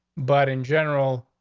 but in general,